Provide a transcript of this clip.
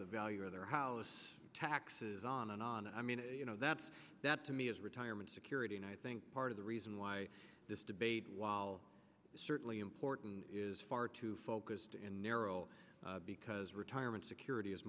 the value of their house taxes on and on and i mean you know that's that to me is retirement security and i think part of the reason why this debate while certainly important is far too focused and narrow because retirement security